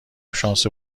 شانس